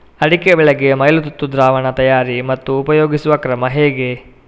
ಅಡಿಕೆ ಬೆಳೆಗೆ ಮೈಲುತುತ್ತು ದ್ರಾವಣ ತಯಾರಿ ಮತ್ತು ಉಪಯೋಗಿಸುವ ಕ್ರಮ ಹೇಗೆ?